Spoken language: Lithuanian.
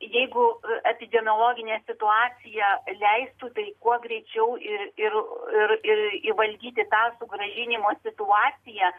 jeigu epidemiologinė situacija leistų tai kuo greičiau ir ir ir ir įvaldyti tą sugrąžinimo situaciją